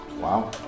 Wow